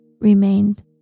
remained